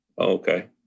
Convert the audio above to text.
Okay